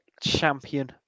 Champion